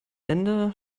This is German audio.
ende